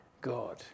God